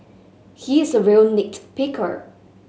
he is a real nit picker